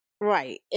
Right